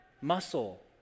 muscle